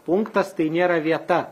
punktas tai nėra vieta